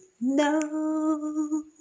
No